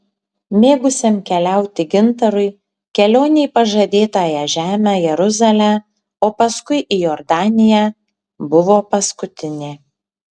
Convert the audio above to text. mėgusiam keliauti gintarui kelionė į pažadėtąją žemę jeruzalę o paskui į jordaniją buvo paskutinė